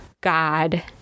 God